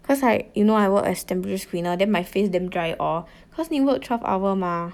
cause I you know I work as temperature screener then my face damn dry all cause need to work twelve hour mah